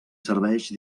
serveix